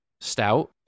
Stout